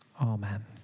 amen